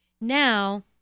Now